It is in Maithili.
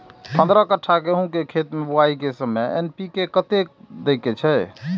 पंद्रह कट्ठा गेहूं के खेत मे बुआई के समय एन.पी.के कतेक दे के छे?